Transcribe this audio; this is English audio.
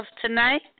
tonight